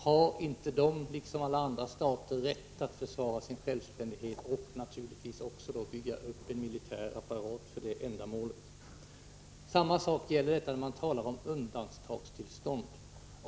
Har inte de liksom alla andra stater rätt att försvara sin självständighet och bygga upp en militär apparat för det ändamålet? Samma sak gäller när man talar om undantagstillståndet.